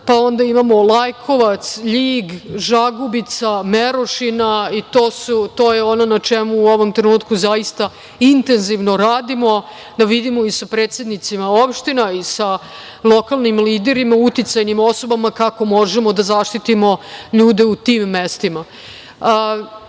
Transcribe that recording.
Pazar, pa Lajkovac, LJig, Žagubica, Merošina. To je ono na čemu u ovom trenutku zaista intenzivno radimo, da vidimo i sa predsednicima opština i sa lokalnim liderima, uticajnim osobama kako možemo da zaštitimo ljude u tim mestima. Takođe